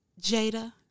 Jada